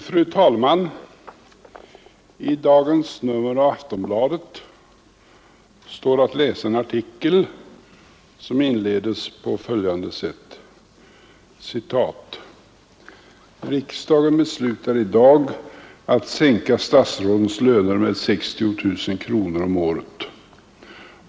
Fru talman! I dagens nummer av Aftonbladet står att läsa en artikel som inleds på följande sätt: ”Riksdagen beslutar i dag att sänka statsrådens löner med 60 000 kronor om året.